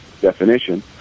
definition